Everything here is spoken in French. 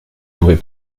pouvez